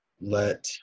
let